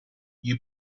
you